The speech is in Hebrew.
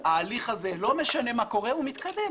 שההליך הזה, לא משנה מה קורה, הוא מתקדם.